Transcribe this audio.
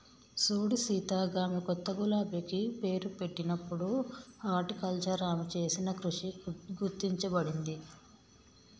సూడు సీత గామె కొత్త గులాబికి పేరు పెట్టినప్పుడు హార్టికల్చర్ ఆమె చేసిన కృషి గుర్తించబడింది